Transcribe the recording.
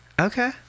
Okay